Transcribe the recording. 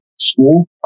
school